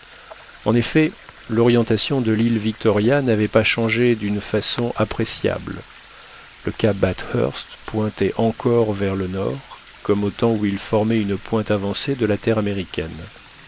en effet l'orientation de l'île victoria n'avait pas changé d'une façon appréciable le cap bathurst pointait encore vers le nord comme au temps où il formait une pointe avancée de la terre américaine